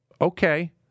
Okay